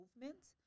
movements